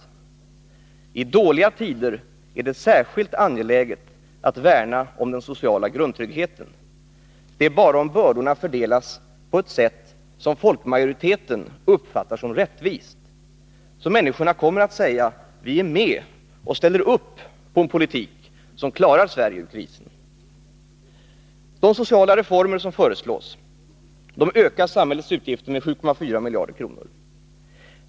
I Onsdagen den dåliga tider är det särskilt angeläget att värna om den sociala grundtrygghe — 15 december 1982 ten. Det är bara om bördorna fördelas på ett sätt som folkmajoriteten uppfattar som rättvist som människorna kommer att säga: Vi är med och ställer upp på en politik som klarar Sverige ur krisen. De sociala reformer som föreslås ökar samhällets utgifter med 7,4 miljarder kronor.